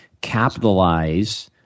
capitalize